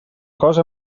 cosa